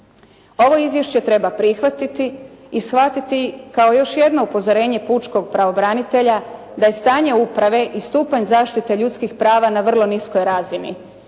Ovo izvješće treba prihvatiti i shvatiti kao još jedno upozorenje pučkog pravobranitelja da je stanje uprave i stupanj zaštite ljudskih prava na vrlo niskoj razini